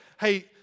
hey